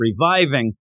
reviving